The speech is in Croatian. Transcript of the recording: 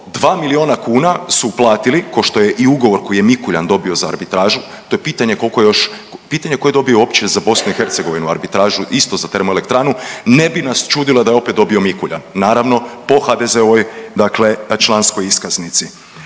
dva milijuna kuna su platili kao što je i ugovor koji je Mikuljan dobio za arbitražu to je pitanje koliko još, pitanje tko je dobio uopće za Bosnu i Hercegovinu arbitražu isto za termoelektranu. Ne bi nas čudilo da je opet dobio Mikuljan, naravno po HDZ-ovoj dakle članskoj iskaznici.